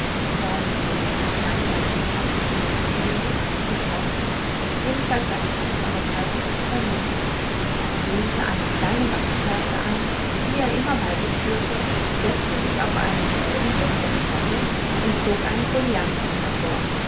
da er nicht wußte wie lange sein schicksal ihn hier lassen würde beschloß er jedenfalls seine kostbare zeit nicht zu verlieren er zündete eine kleine wachskerze an die er immer bei sich führte setzte sich auf einen felsenriff der grotte und zog einen folianten hervor